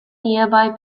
nearby